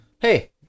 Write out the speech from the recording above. Hey